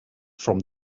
from